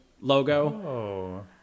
logo